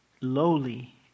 lowly